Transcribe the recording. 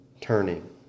turning